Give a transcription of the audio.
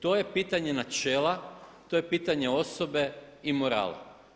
To je pitanje načela, to je pitanje osobe i morala.